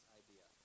idea